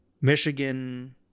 Michigan